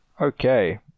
Okay